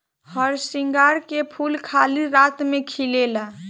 हरसिंगार के फूल खाली राती में खिलेला